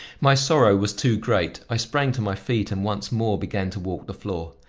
my sorrow was too great i sprang to my feet and once more began to walk the floor.